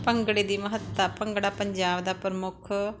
ਭੰਗੜੇ ਦੀ ਮਹੱਤਤਾ ਪੰਜਾਬ ਦਾ ਪ੍ਰਮੁੱਖ